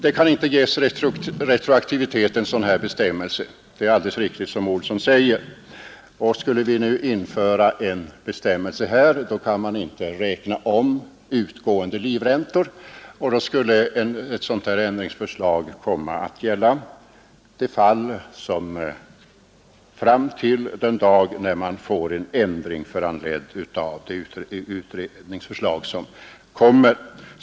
En sådan här bestämmelse kan inte ges retroaktivitet, det är alldeles riktigt, herr Olsson. Om vi skulle införa en sådan bestämmelse kan man inte omräkna utgående livräntor. Ett sådant förslag skulle då komma att gälla ända fram till dess att man får en ändring till stånd, som föranletts av det utredningsförslag som kommer.